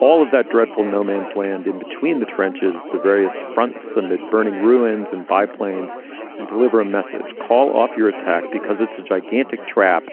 all of that dreadful no man's land in between the trenches, the various fronts amid burning ruins and biplanes and deliver a message. call off your attack because it's a gigantic trap,